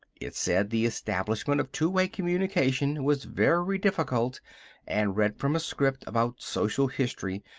it said the establishment of two-way communication was very difficult and read from a script about social history,